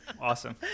Awesome